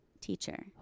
Teacher